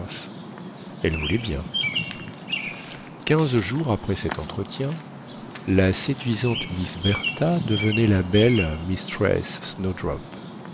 elle voulait bien quinze jours après cet entretien la séduisante miss bertha devenait la belle mistress